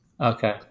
Okay